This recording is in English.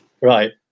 right